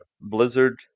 Blizzard